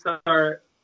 start –